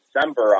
December